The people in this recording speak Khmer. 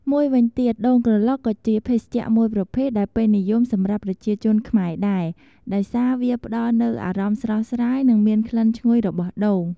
មួយវិញទៀត ដូងក្រឡុកក៏ជាភេសជ្ជៈមួយប្រភេទដែលពេញនិយមសម្រាប់ប្រជាជនខ្មែរដែរ ដោយសារវាផ្តល់នូវអារម្មណ៍ស្រស់ស្រាយ និងមានក្លិនឈ្ងុយរបស់ដូង។